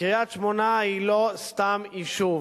קריית-שמונה היא לא סתם יישוב.